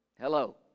Hello